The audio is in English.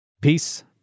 Peace